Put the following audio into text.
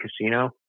casino